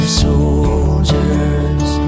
soldiers